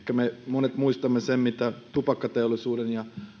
monet muistamme sen mitä tupakkateollisuudella ja